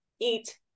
eat